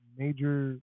Major